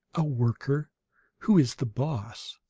a worker who is the boss!